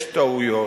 יש טעויות,